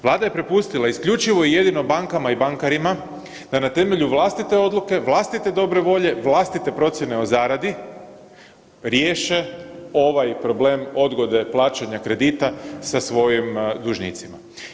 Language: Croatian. Vlada je prepustila isključivo jedino bankama i bankarima da na temelju vlastite odluke, vlastite dobre volje, vlastite procjene o zaradi, riješe ovaj problem odgode plaćanja kredita sa svojim dužnicima.